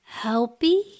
helpy